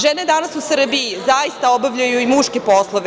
Žene danas u Srbiji zaista obavljaju i muške poslove.